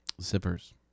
Zippers